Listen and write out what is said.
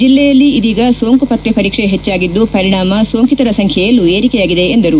ಜಿಲ್ಲೆಯಲ್ಲಿ ಇದೀಗ ಸೋಂಕು ಪತ್ತೆ ಪರೀಕ್ಷೆ ಹೆಚ್ಚಾಗಿದ್ದು ಪರಿಣಾಮ ಸೋಂಕತರ ಸಂಖ್ಯೆಯಲ್ಲೂ ಏರಿಕೆಯಾಗಿದೆ ಎಂದರು